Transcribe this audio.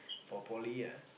for poly ah